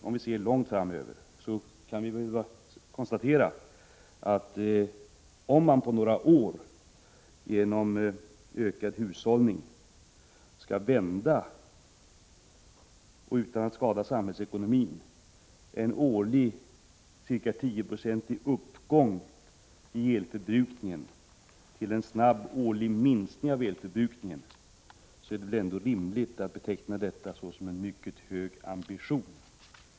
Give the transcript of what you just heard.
Om vi ser långt framåt och konstaterar att vi på några år genom ökad hushållning och utan att skada samhällsekonomin skall vända en årlig ca 10-procentig uppgång i elförbrukningen till en snabb årlig minskning av elförbrukningen, är det rimligt att beteckna detta som en mycket hög ambition.